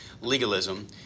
legalism